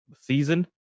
season